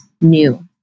new